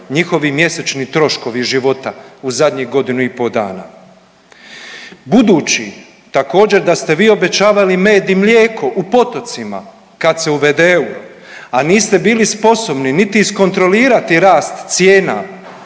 njihovi mjesečni troškovi života u zadnjih godinu i po dana. Budući također da ste vi obećavali med i mlijeko u potocima kad se uvede euro, a niste bili sposobni niti iskontrolirati rast cijena